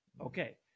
Okay